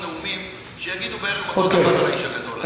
נאומים שיגידו בערך אותו דבר על האיש הגדול הזה.